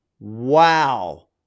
Wow